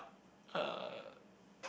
uh